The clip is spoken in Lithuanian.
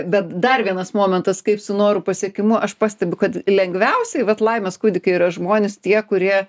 bet dar vienas momentas kaip su norų pasiekimu aš pastebiu kad lengviausiai vat laimės kūdikiai yra žmonės tie kurie